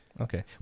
Okay